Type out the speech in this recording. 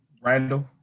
Randall